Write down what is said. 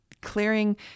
clearing